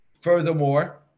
Furthermore